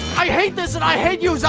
i hate this and i hate you